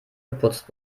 geputzt